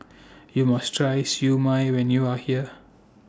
YOU must Try Siew Mai when YOU Are here